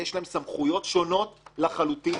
יש להם סמכויות שונות לחלוטין,